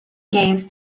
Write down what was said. games